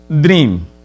dream